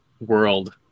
world